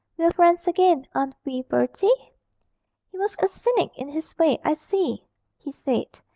we're friends again, aren't we, bertie he was a cynic in his way i see he said,